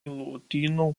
lotynų